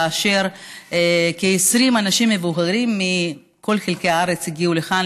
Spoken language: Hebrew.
כאשר כ-20 אנשים מבוגרים מכל חלקי הארץ הגיעו לכאן